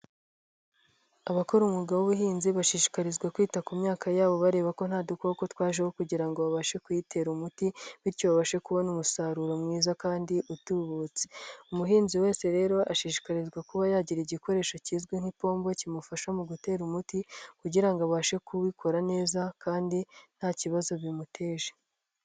Abakora umwuga w'ubuhinzi bashishikarizwa kwita ku myaka yabo bareba ko nta dukoko twajeho kugira ngo babashe kuyitera umuti, bityo babashe kubona umusaruro mwiza kandi utubutse. Umuhinzi wese rero ashishikarizwa kuba yagira igikoresho kizwi nk'impombo, kimufasha mu gutera umuti, kugira ngo abashe kuwukora neza kandi nta kibazo bimuteje.